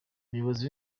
umuyobozi